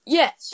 yes